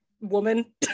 woman